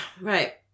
right